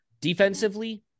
defensively